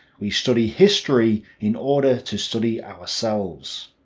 we study history in order to study ourselves.